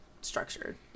structured